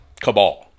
cabal